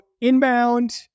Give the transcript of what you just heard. inbound